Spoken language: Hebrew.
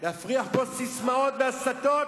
להפריח פה ססמאות והסתות?